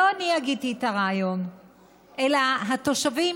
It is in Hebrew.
לא אני הגיתי את הרעיון אלא התושבים